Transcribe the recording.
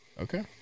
Okay